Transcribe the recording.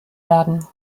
werden